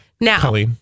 Now